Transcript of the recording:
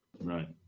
Right